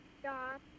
stop